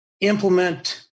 implement